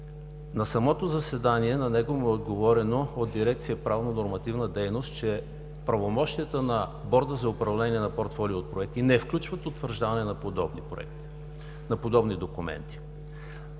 На самото заседание му е отговорено от дирекция „Правно-нормативна дейност“, че правомощията на Борда за управление на портфолио от проекти не включват утвърждаване на подобни документи.